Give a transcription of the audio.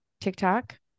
TikTok